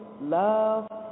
love